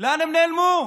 לאן הם נעלמו?